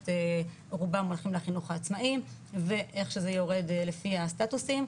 רובם הולכים לחינוך העצמאיים ואיכשהו וזה יורד לפי הסטאטוסים.